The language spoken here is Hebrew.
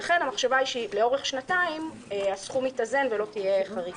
ולכן המחשבה היא שלאורך שנתיים הסכום יתאזן ולא תהיה חריגה.